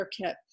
kit